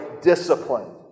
discipline